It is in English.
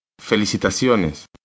Felicitaciones